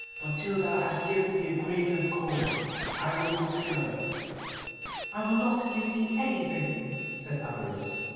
but till thou hast given me a grain of corn i will not go i will not give thee anything said avarice.